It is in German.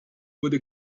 wurde